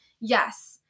yes